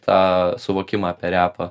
tą suvokimą apie repą